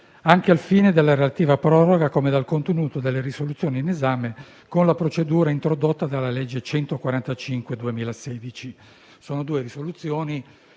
anche al fine della relativa proroga, come dal contenuto delle risoluzioni in esame, con la procedura introdotta dalla legge n. 145 del 2016. Si tratta di due risoluzioni